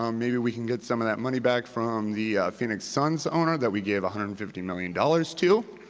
um maybe we can get some of that money back from the phoenix suns owner that we gave one hundred and fifty million dollars to.